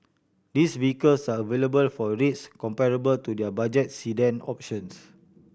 these vehicles are available for rates comparable to their budget sedan options